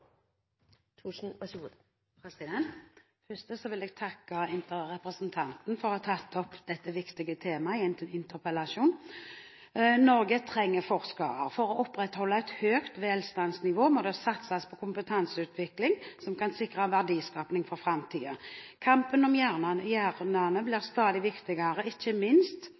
for å ha tatt opp dette viktige tema i en interpellasjon. Norge trenger forskere. For å opprettholde et høyt velstandsnivå må det satses på kompetanseutvikling som kan sikre verdiskaping for framtiden. Kampen om hjernene blir stadig viktigere, ikke minst